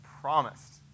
promised